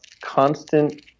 constant